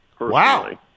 Wow